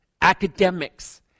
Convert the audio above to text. academics